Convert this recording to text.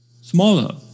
smaller